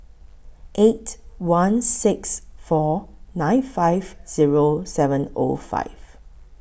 eight one six four nine five Zero seven O five